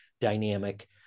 dynamic